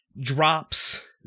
drops